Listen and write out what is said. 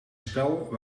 spel